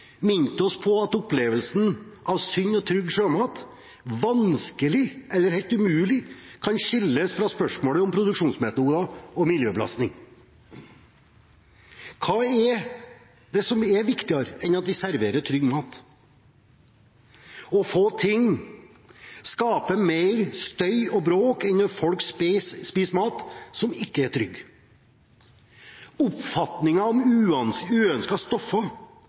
minte oss på at opplevelsen av sunn og trygg sjømat kan vanskelig – eller umulig – skilles fra spørsmålet om produksjonsmetoder og miljøbelastning. Hva er vel viktigere enn at vi serverer trygg mat? Få ting skaper mer støy og bråk enn når folk mener de spiser mat som ikke er trygg. Oppfatninger om uønskede stoffer,